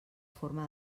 forma